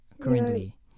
currently